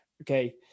okay